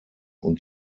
und